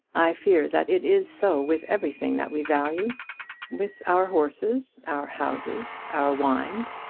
i fear that it is so with everything that we value with our horses, our houses, our wines,